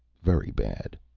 very bad.